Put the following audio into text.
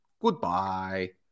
goodbye